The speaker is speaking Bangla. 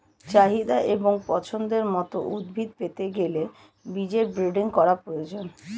চাহিদা এবং পছন্দের মত উদ্ভিদ পেতে গেলে বীজের ব্রিডিং করার প্রয়োজন